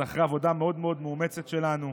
אז אחרי עבודה מאוד מאוד מאומצת שלנו,